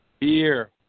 beer